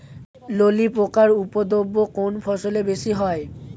ললি পোকার উপদ্রব কোন ফসলে বেশি হয়?